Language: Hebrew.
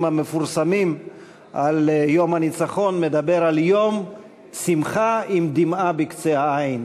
המפורסמים על יום הניצחון מדבר על יום שמחה עם דמעה בקצה העין.